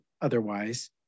otherwise